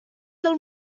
del